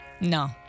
No